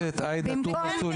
חברת הכנסת עאידה תומא סלימאן,